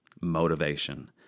motivation